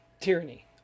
Tyranny